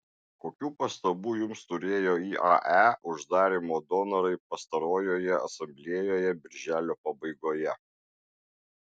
kokių pastabų jums turėjo iae uždarymo donorai pastarojoje asamblėjoje birželio pabaigoje